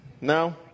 No